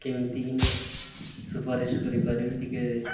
କେମିତିକିନା ସୁପାରିଶ କରିପାରିବି ଟିକେ